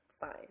fine